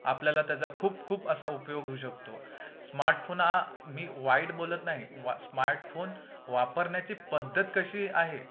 आपल्याला त्याचा खूप खूप असा उपयोग होऊ शकतो स्मार्टफोन हा मी वाईट बोलत नाही वा स्मार्टफोन वापरण्याची पद्धत कशी आहे